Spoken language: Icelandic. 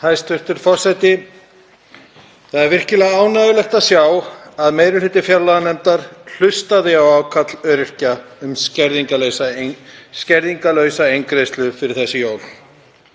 Hæstv. forseti. Það er virkilega ánægjulegt að sjá að meiri hluti fjárlaganefndar hlustaði á ákall öryrkja um skerðingarlausa eingreiðslu fyrir þessi jól.